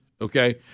Okay